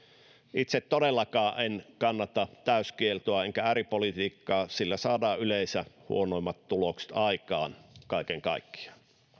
itse todellakaan en kannata täyskieltoa enkä ääripolitiikkaa sillä saadaan yleensä huonoimmat tulokset aikaan kaiken kaikkiaan